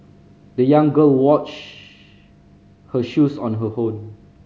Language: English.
the young girl washed her shoes on her own